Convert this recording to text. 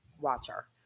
watcher